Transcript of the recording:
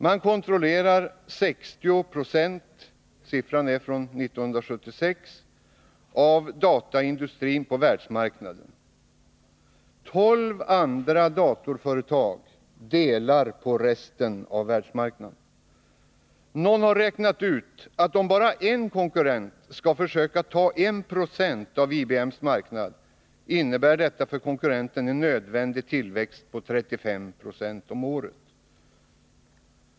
Man kontrollerade 1976 60 90 av dataindustrin på världsmarknaden. Tolv andra datorföretag delar på resten av världsmarknaden. Någon har räknat ut att om en konkurrent skall försöka ta bara 120 av IMB:s marknadsandel innebär detta för konkurrenten en nödvändig tillväxt på 35 26 om året.